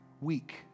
week